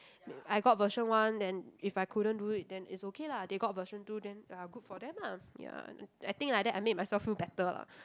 I got version one then if I couldn't do it then it's okay lah they got version two then ya good for them lah ya I think like that I make myself feel better lah